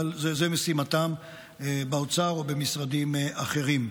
אבל זו משימתם באוצר או במשרדים אחרים.